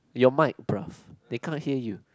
your mic bro they cannot hear you